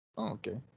Okay